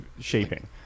Shaping